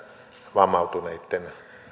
vammautuneitten